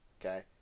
okay